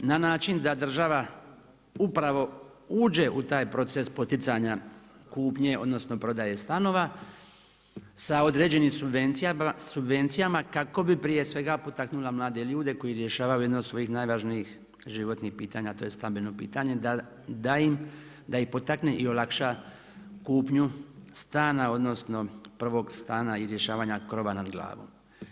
na način da država upravo uđe u taj proces poticanja kupnje, odnosno prodaje stanova sa određenim subvencijama kako bi prije svega potaknula mlade ljude koji rješavaju jednu od svojih najvažnijih životnih pitanja, a to je stambeno pitanje, da ih potakne i olakša kupnju stana odnosno prvog stana i rješavanja krova nad glavom.